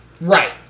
Right